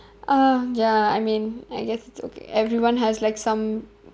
uh ya I mean I guess it's okay everyone has like some